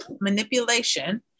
manipulation